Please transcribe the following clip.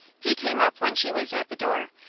he came up when she was at the door,